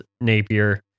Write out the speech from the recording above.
Napier